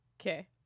Okay